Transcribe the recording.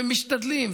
משתדלים.